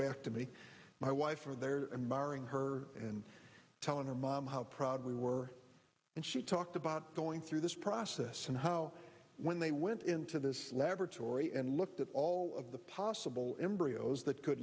back to me my wife were there and marrying her and telling her mom how proud we were and she talked about going through this process and how when they went into this laboratory and looked at all of the possible embryos that could